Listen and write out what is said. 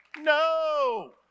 No